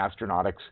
Astronautics